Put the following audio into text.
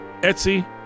Etsy